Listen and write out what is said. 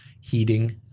heating